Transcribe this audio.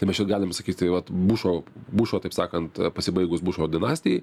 tai mes čia galim sakyti vat bušo bušo taip sakant pasibaigus bušo dinastijai